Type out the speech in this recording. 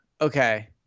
Okay